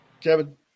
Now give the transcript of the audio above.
kevin